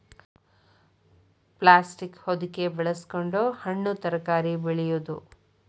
plastic ಹೊದಿಕೆ ಬಳಸಕೊಂಡ ಹಣ್ಣು ತರಕಾರಿ ಬೆಳೆಯುದು